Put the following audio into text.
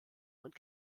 und